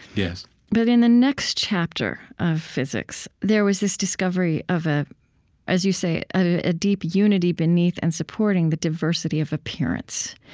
yeah but in the next chapter of physics there was this discovery of, ah as you say, a deep unity beneath and supporting the diversity of appearance.